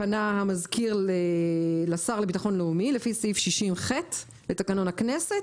פנה המזכיר לשר לביטחון לאומי לפי סעיף 60ח לתקנון הכנסת,